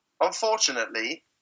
unfortunately